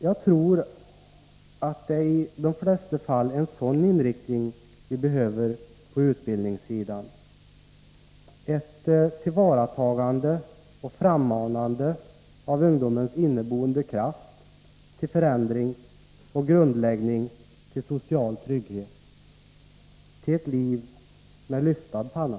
Jag tror att det i de flesta fall är en sådan inriktning vi behöver på utbildningssidan, ett tillvaratagande och frammanande av ungdomens inneboende kraft till förändring och grundläggning för social trygghet, till ett liv med lyftad panna.